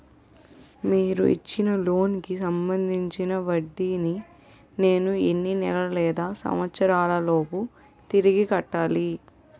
మీరు ఇచ్చిన లోన్ కి సంబందించిన వడ్డీని నేను ఎన్ని నెలలు లేదా సంవత్సరాలలోపు తిరిగి కట్టాలి?